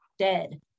dead